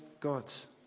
gods